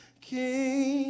king